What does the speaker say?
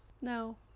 No